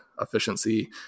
efficiency